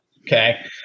okay